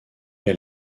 est